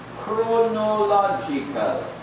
chronological